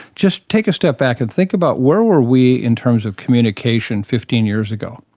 just take a step back and think about where were we in terms of communication fifteen years ago.